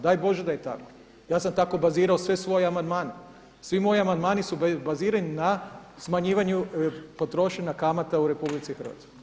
Daj Bože da je tako, ja sam tako bazirao sve svoje amandmane, svi moji amandmani su bazirani na smanjivanju potrošnje kamata u RH.